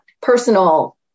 personal